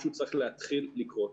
משהו צריך להתחיל לקרות.